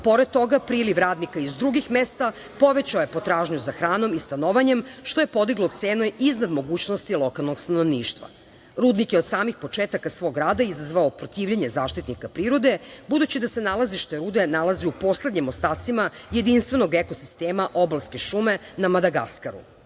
pored toga priliv radnika iz drugih mesta, povećao je potražnju za hranom i stanovanjem, što je podiglo cene iznad mogućnosti lokalnog stanovništva. Rudnik je od samih početaka svoga rada izazvao protivljenje zaštitnika prirode, budući da se nalazište rude nalazi u poslednjim ostacima jedinstvenog eko sistema obalske šume na Madagaskaru. Brana